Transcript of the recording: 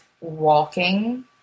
walking